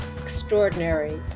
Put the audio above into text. extraordinary